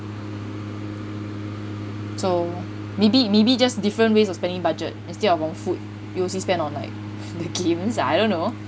so maybe maybe just different ways of spending budget instead of on food U_O_C spend on like the games I don't know